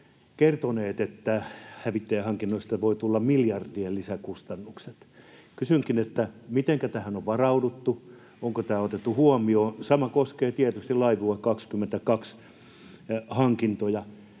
kertoneet, että hävittäjähankinnoista voi tulla miljardien lisäkustannukset. Kysynkin: mitenkä tähän on varauduttu, onko tämä otettu huomioon? Sama koskee tietysti Laivue 2020 ‑hankintoja: